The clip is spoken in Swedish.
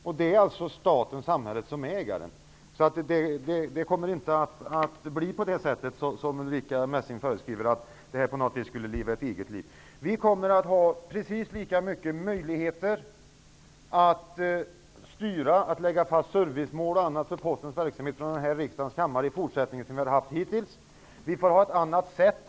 Nu är det ju staten, samhället, som är ägaren i det här fallet. Det kommer därför inte vara så att bolaget på något sätt kommer att leva ett eget liv, Ulrica Messing! Vi i riksdagen kommer också i fortsättningen att ha precis samma möjligheter att styra, att lägga fast servicemål för Postens verksamhet osv. Men vi får styra Posten på ett annat sätt.